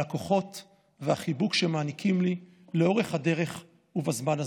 על הכוחות והחיבוק שהם מעניקים לי לאורך הדרך ובזמן הזה.